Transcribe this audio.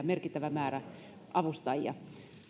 merkittävä määrä avustajia